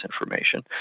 information